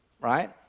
right